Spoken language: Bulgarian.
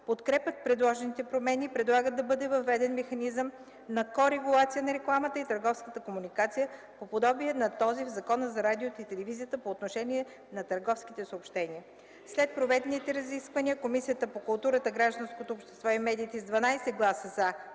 подкрепят предложените промени и предлагат да бъде въведен механизъм на ко-регулация на рекламата и търговската комуникация по подобие на този в Закона за радиото и телевизията по отношение на търговските съобщения. След проведените разисквания Комисията по културата, гражданското общество и медиите с 12 гласа „за”,